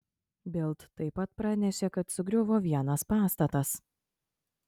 bild taip pat pranešė kad sugriuvo vienas pastatas